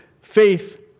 faith